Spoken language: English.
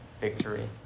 victory